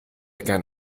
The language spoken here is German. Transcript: gern